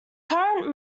current